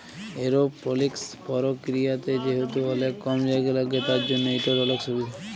এরওপলিকস পরকিরিয়াতে যেহেতু অলেক কম জায়গা ল্যাগে তার জ্যনহ ইটর অলেক সুভিধা